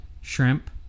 shrimp